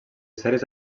sèries